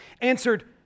answered